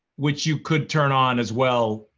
which you could turn on as well,